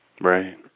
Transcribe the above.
right